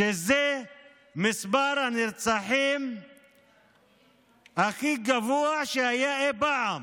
וזה מספר הנרצחים הכי גבוה שהיה אי פעם.